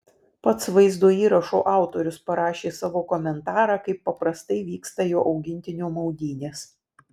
pats vaizdo įrašo autorius parašė savo komentarą kaip paprastai vyksta jo augintinio maudynės